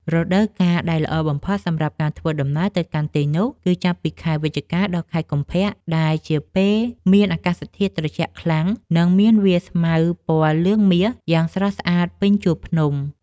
រដូវកាលដែលល្អបំផុតសម្រាប់ការធ្វើដំណើរទៅកាន់ទីនោះគឺចាប់ពីខែវិច្ឆិកាដល់ខែកុម្ភៈដែលជាពេលមានអាកាសធាតុត្រជាក់ខ្លាំង និង មានវាលស្មៅពណ៌លឿងមាសយ៉ាងស្រស់ស្អាតពេញជួរភ្នំ។